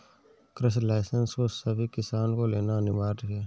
कृषि लाइसेंस को सभी किसान को लेना अनिवार्य है